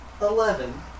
Eleven